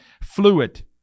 fluid